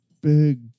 big